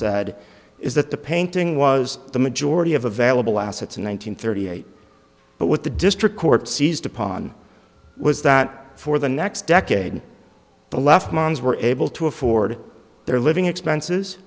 said is that the painting was the majority of available assets in one nine hundred thirty eight but what the district court seized upon was that for the next decade the left moms were able to afford their living expenses